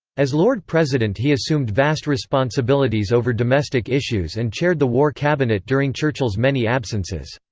as lord president he assumed vast responsibilities over domestic issues and chaired the war cabinet during churchill's many absences.